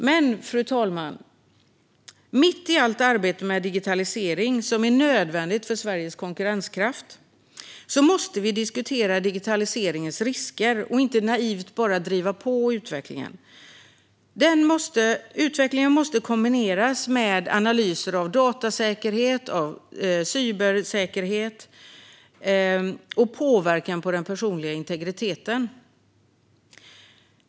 Men, fru talman, mitt i allt arbete med digitalisering, som är nödvändigt för Sveriges konkurrenskraft, måste vi diskutera digitaliseringens risker och inte naivt bara driva på utvecklingen. Den måste kombineras med analyser av datasäkerhet, cybersäkerhet och påverkan på den personliga integriteten.